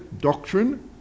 doctrine